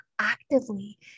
actively